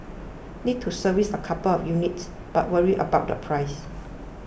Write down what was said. need to service a couple of units but worried about the price